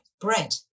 bread